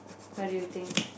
what do you think